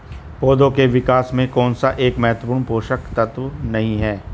पौधों के विकास में कौन सा एक महत्वपूर्ण पोषक तत्व नहीं है?